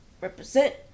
represent